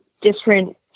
different